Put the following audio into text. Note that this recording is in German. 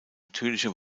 natürliche